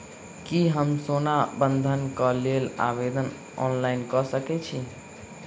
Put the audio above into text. की हम सोना बंधन कऽ लेल आवेदन ऑनलाइन कऽ सकै छी?